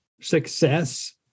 success